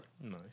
nice